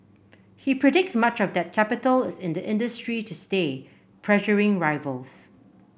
he predicts much of that capital is in the industry to stay pressuring rivals